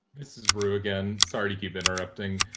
this is roo again, sorry to keep interrupting.